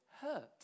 hurt